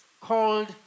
Called